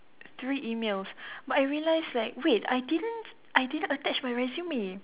three emails but I realised like wait I didn't I didn't attach my resume